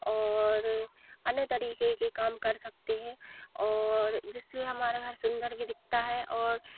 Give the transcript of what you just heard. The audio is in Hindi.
और अन्य तरीके के काम कर सकते हैं और जिससे हमारा घर सुंदर भी दिखता है और